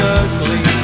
ugly